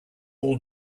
all